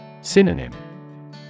Synonym